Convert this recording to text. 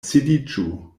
sidiĝu